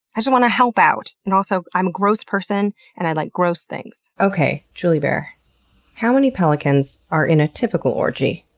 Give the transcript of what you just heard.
i just want to help out. and also, i'm a gross person and i like gross things. okay, juliebear how many pelicans are in a typical orgy?